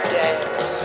dance